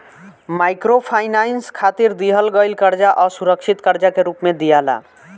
microfinance खातिर दिहल गईल कर्जा असुरक्षित कर्जा के रूप में दियाला